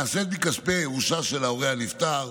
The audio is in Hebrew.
היא נעשית מכספי הירושה של ההורה הנפטר,